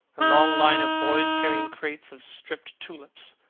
a long line of boys carrying crates of striped tulips,